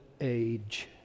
age